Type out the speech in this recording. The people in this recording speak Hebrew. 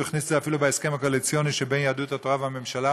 הוא אפילו הכניס את זה להסכם הקואליציוני שבין יהדות התורה לממשלה.